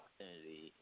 opportunity